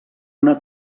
una